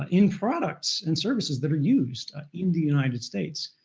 ah in products and services that are used ah in the united states.